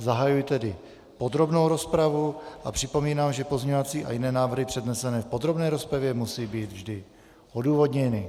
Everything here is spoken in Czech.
Zahajuji tedy podrobnou rozpravu a připomínám, že pozměňovací a jiné návrhy přednesené v podrobné rozpravě musí být vždy odůvodněny.